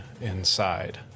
inside